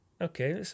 Okay